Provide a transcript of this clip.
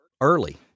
early